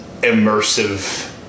immersive